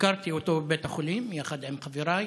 ביקרתי אותו בבית החולים יחד עם חבריי.